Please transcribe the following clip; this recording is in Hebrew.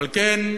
ועל כן,